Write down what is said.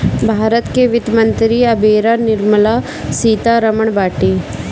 भारत के वित्त मंत्री एबेरा निर्मला सीता रमण बाटी